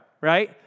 right